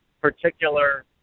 particular